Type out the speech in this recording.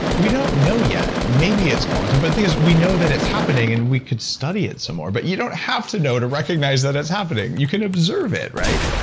we don't know yet. maybe it's quantum, but the thing is we know that it's happening and we can study it some more. but you don't have to know to recognize that it's happening, you can observer it right?